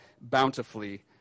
bountifully